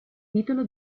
titolo